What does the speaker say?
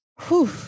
whew